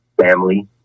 family